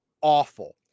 awful